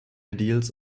ideals